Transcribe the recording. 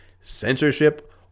censorship